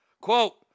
Quote